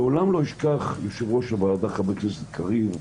לעולם לא אשכח, יושב-ראש הוועדה, חבר הכנסת קריב,